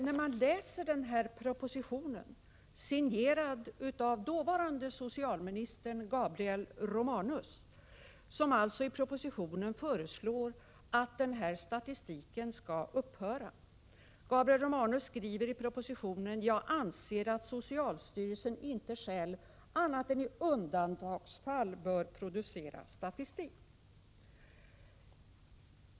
När man läser den här propositionen, signerad av dåvarande socialministern Gabriel Romanus, finner man att han föreslog att denna statistik skulle upphöra. Gabriel Romanus skrev i propositionen att han ansåg att socialstyrelsen inte själv annat än i undantagsfall bör producera statistik.